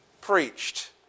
preached